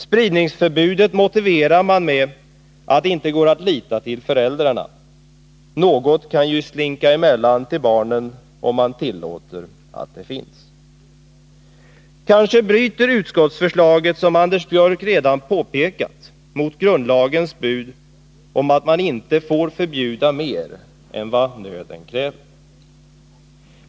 Spridningsförbudet motiverar man dessutom med att det inte går att lita på föräldrarna. Något kan ju slinka emellan till barnen, om man tillåter att det finns. Kanske bryter utskottsförslaget, som Anders Björck redan påpekat, mot grundlagens bud om att man inte får förbjuda mer än vad nöden kräver.